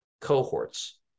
cohorts